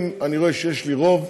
אם אני רואה שיש לי רוב,